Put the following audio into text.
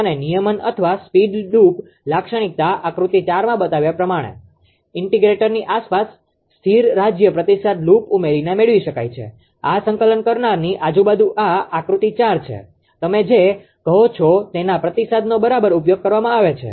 અને નિયમન અથવા સ્પીડ ડ્રૂપ લાક્ષણિકતા આકૃતિ 4 માં બતાવ્યા પ્રમાણે ઇન્ટિગ્રેટરની આસપાસ સ્થિર રાજ્ય પ્રતિસાદ લૂપ ઉમેરીને મેળવી શકાય છે આ સંકલન કરનારની આજુબાજુ આ આકૃતિ 4 છે તમે જે કહો છો તેના પ્રતિસાદનો બરોબર ઉપયોગ કરવામાં આવે છે